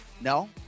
No